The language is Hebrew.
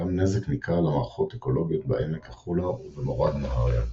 נגרם נזק ניכר למערכות אקולוגיות בעמק החולה ובמורד נהר הירדן.